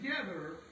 together